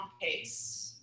pace